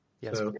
Yes